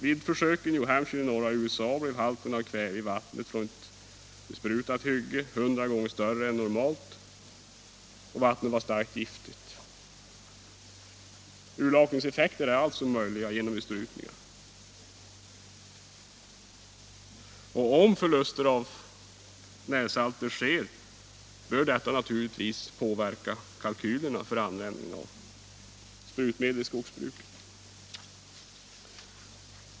Vid försök i New Hampshire i norra USA blev halten av kväve i vattnet från ett besprutat hygge 100 gånger större än normalt och vattnet var starkt giftigt. Urlakningseffekter är alltså möjliga genom besprutningar. Om förluster av närsalter sker bör detta påverka kalkylerna för användning av sprutmedel i skogsbruket.